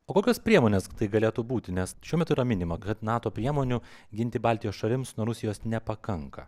kokios priemonės tai galėtų būti nes šiuo metu yra minima kad nato priemonių ginti baltijos šalims nuo rusijos nepakanka